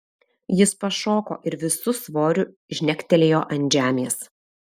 jis pašoko ir visu svoriu žnektelėjo ant žemės